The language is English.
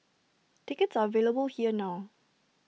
tickets are available here now